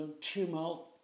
tumult